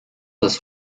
das